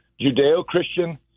Judeo-Christian